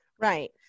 Right